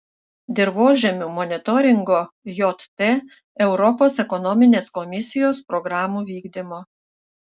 dirvožemių monitoringo jt europos ekonominės komisijos programų vykdymo